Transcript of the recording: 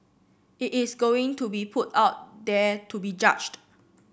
it is going to be put out there to be judged